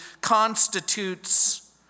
constitutes